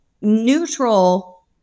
neutral